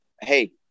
Hey